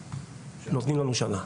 נותנים לנו שנה.